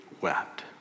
wept